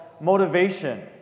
Motivation